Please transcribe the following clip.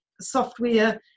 software